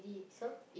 so